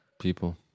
people